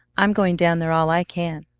i'm going down there all i can.